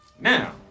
Now